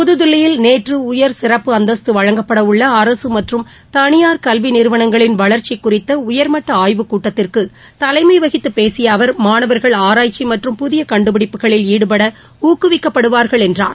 புதுதில்லியில் நேற்று உயர் சிறப்பு அந்தஸ்து வழங்கப்படவுள்ள அரசு மற்றும் தனியார் கல்வி நிறுவனங்களின் வளர்ச்சி குறித்த உயர்மட்ட ஆய்வுக்கூட்டத்திற்கு தலைமை வகித்துப் பேசிய அவர் மாணவர்கள் ஆராய்ச்சி மற்றும் புதிய கண்டுபிடிப்புகளில் ஈடுபட ஊக்குவிக்கப்படுவார்கள் என்றார்